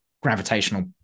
gravitational